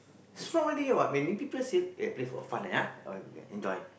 strong ready what when people say play for fun leh !huh! enjoy